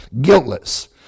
guiltless